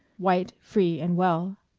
white, free, and well.